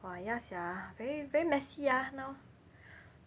!wah! ya sia very very messy ah now